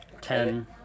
Ten